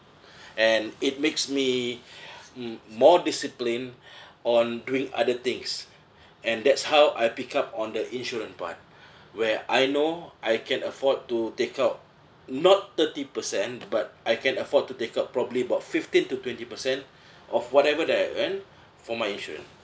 and it makes me m~ more discipline on doing other things and that's how I pick up on the insurance part where I know I can afford to take out not thirty percent but I can afford to take up probably about fifteen to twenty percent of whatever that I've earn for my insurance